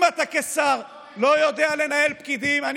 אם אתה כשר לא יודע לנהל פקידים,